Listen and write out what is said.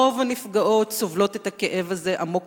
רוב הנפגעות סובלות את הכאב הזה עמוק